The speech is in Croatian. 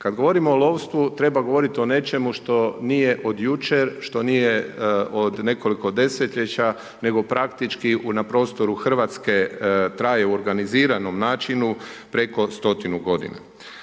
Kad govorimo o lovstvu, treba govorit o nečemu što nije od jučer, što nije od nekoliko desetljeća nego praktički na prostoru Hrvatske, traje u organiziranom načinu preko stotinu godina.